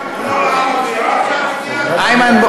איימן,